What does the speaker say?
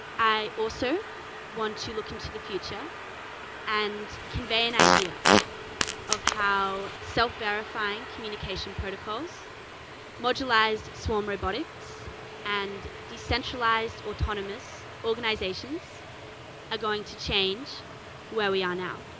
i also want to look into the future and convey an idea of how self-verifying communication protocols modulized swarm robotics and de-centralized autonomous organizations are going to change where we are now.